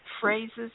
phrases